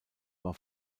war